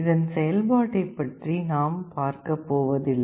இதன் செயல்பாட்டைப் பற்றி நாம் பார்க்கப் போவதில்லை